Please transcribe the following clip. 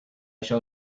shall